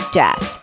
death